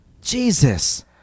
jesus